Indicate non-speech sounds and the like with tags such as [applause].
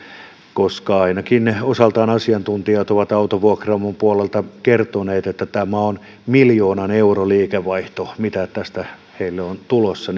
koska ainakin osaltaan asiantuntijat ovat autovuokraamon puolelta kertoneet että tämä on miljoonan euron liikevaihto mitä tästä heille on tulossa [unintelligible]